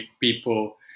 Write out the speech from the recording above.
people